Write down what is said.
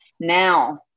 Now